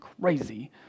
crazy